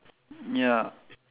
ya